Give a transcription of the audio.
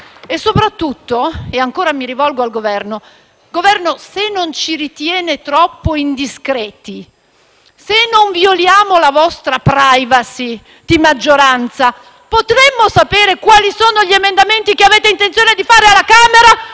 E soprattutto - mi rivolgo ancora al Governo - se non ci ritenete troppo indiscreti, se non violiamo la vostra *privacy* di maggioranza, potremmo sapere quali sono gli emendamenti che avete intenzione di presentare alla Camera